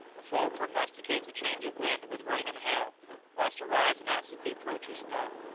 a fall prognosticates a change of wind with rain and hail whilst a rise announces the approach of snow.